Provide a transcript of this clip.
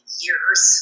years